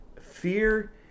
fear